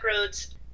roads